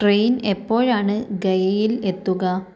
train എപ്പോഴാണ് ഗയയിൽ എത്തുക